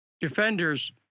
defenders